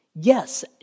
Yes